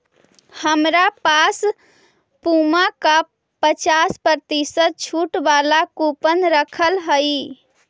हमरा पास पुमा का पचास प्रतिशत छूट वाला कूपन रखल हई